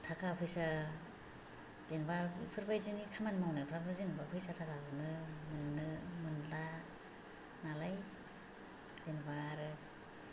थाखा फैसा जेनेबा बेफोर बायदिनि खामानि मावनायफ्राबो जेनेबा फैसा थाखाखौनो मोनला नालाय जेनेबा आरो